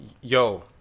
Yo